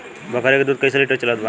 बकरी के दूध कइसे लिटर चलत बा?